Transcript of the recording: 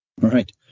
Right